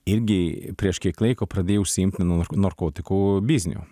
irgi prieš kiek laiko pradėjo užsiimti nu narkotikų bizniu